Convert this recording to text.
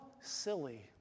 silly